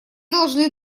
должны